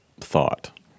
thought